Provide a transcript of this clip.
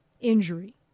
injury